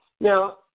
Now